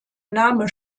name